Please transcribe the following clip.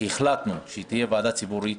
שהחלטנו שתהיה ועדה ציבורית,